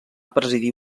presidir